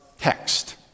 text